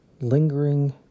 lingering